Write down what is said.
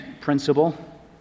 principle